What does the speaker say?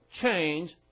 change